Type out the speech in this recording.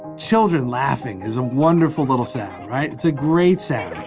children laughing is a wonderful little sound, right? it's a great sound.